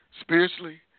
spiritually